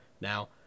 now